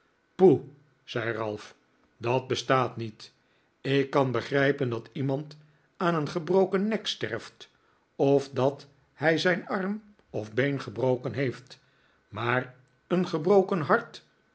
poeh zei ralph dat bestaat niet ik kan begrijpen dat iemand aan een gebroken nek sterft of dat hij zijn arm of been gebroken heeft maar een gebroken hart